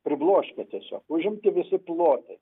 pribloškia tiesiog užimti visi plotai